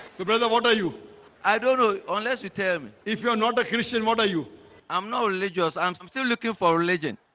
brother what are you i don't know unless you tell me if you are not a christian, what are you i'm now religious i'm still looking for religion